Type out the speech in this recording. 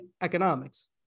economics